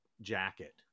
jacket